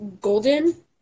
golden